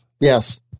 Yes